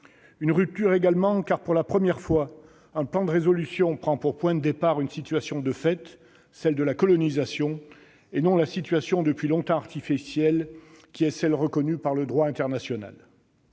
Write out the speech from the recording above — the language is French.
Une rupture, aussi, car c'est la première fois qu'un plan de résolution prend pour point de départ une situation de fait, celle de la colonisation, et non la situation depuis longtemps artificielle que reconnaît le droit international.